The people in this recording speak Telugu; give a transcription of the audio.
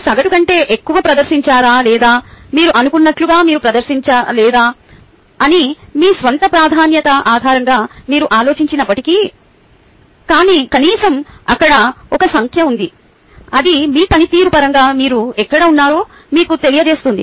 మీరు సగటు కంటే ఎక్కువ ప్రదర్శించారా లేదా మీరు అనుకున్నట్లుగా మీరు ప్రదర్శించలేదా అని మీ స్వంత ప్రాధాన్యత ఆధారంగా మీరు ఆలోచించినప్పటికీ కనీసం అక్కడ ఒక సంఖ్య ఉంది అది మీ పనితీరు పరంగా మీరు ఎక్కడ ఉన్నారో మీకు తెలియజేస్తుంది